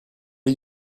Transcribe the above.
are